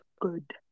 good